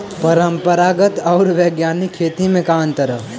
परंपरागत आऊर वैज्ञानिक खेती में का अंतर ह?